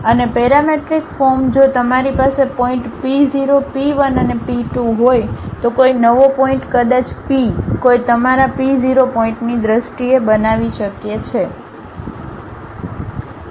અને parametric form જો તમારી પાસે પોઇન્ટ P 0 P 1 અને P 2 હોય તો કોઈ નવો પોઇન્ટ કદાચ P કોઈ તમારા P 0 પોઇન્ટની દ્રષ્ટિએ બનાવી શકે છે